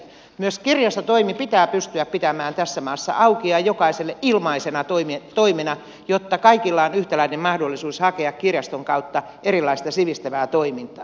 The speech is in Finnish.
myös kirjastotoimi pitää pystyä pitämään tässä maassa auki ja jokaiselle ilmaisena toimena jotta kaikilla on yhtäläinen mahdollisuus hakea kirjaston kautta erilaista sivistävää toimintaa